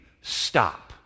Stop